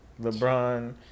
LeBron